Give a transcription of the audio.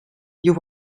you